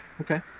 Okay